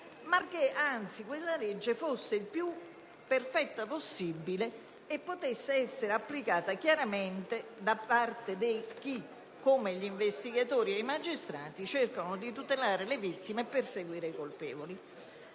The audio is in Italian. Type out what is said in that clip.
perché quella legge fosse più perfetta possibile e potesse essere applicata chiaramente da parte di chi, come gli investigatori e i magistrati, cerca di tutelare le vittime e perseguire i colpevoli.